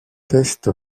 test